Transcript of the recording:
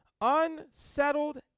unsettled